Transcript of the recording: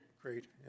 great